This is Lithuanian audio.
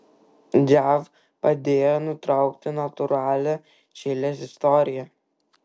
jav padėjo nutraukti natūralią čilės istoriją